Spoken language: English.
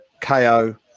KO